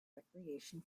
recreation